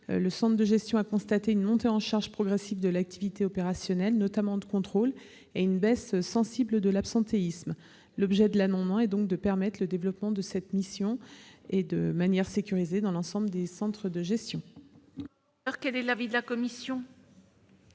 le centre de gestion a constaté une montée en charge progressive de l'activité opérationnelle, notamment de contrôle, et une baisse sensible de l'absentéisme. L'objet de cet amendement est de permettre le développement de cette mission, de manière sécurisée, dans l'ensemble des centres de gestion. Quel est l'avis de la commission ?